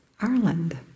Ireland